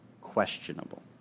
questionable